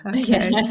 Okay